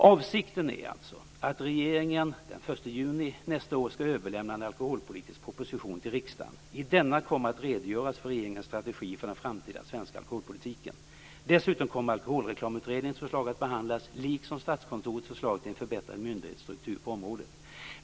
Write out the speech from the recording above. Avsikten är alltså att regeringen den 1 juni 1999 skall överlämna en alkoholpolitisk proposition till riksdagen. I denna kommer att redogöras för regeringens strategi för den framtida svenska alkoholpolitiken. Dessutom kommer Alkoholreklamutredningens förslag att behandlas liksom Statskontorets förslag till en förbättrad myndighetsstruktur på området.